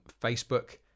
Facebook